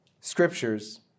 scriptures